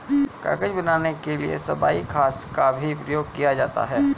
कागज बनाने के लिए सबई घास का भी प्रयोग किया जाता है